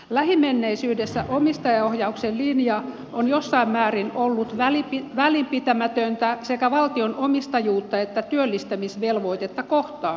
lähimenneisyydessä omistajaohjauksen linja on jossain määrin ollut välinpitämätöntä sekä valtion omistajuutta että työllistämisvelvoitetta kohtaan